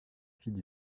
fille